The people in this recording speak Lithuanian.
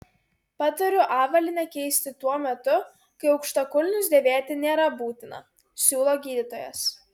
patariu avalynę keisti tuo metu kai aukštakulnius dėvėti nėra būtina siūlo gydytojas